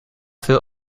veel